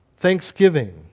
Thanksgiving